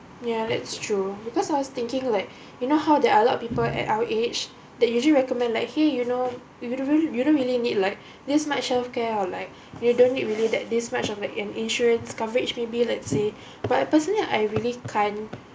ya that's true because I was thinking like you know how there are a lot of people at our age that usually recommend like !hey! you know if you don't really you don't really need like this much health care or like you don't need really that this much of a an insurance coverage maybe let's say but personally I really can't